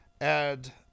add